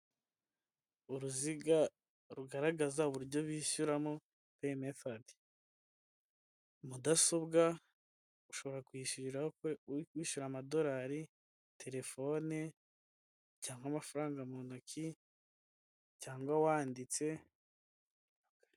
Uruziga rugaragaza uburyo bishyuramo remefadi, mudasobwa ushobora kuyishyuriraho wishyura amadolari ,telefone cyangwa amafaranga mu ntoki cyangwa wanditse.